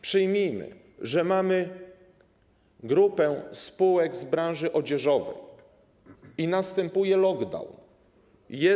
Przyjmijmy, że mamy grupę spółek z branży odzieżowej i następuje lockdown.